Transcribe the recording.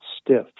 stiff